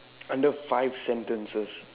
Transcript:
under five sentences